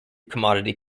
commodity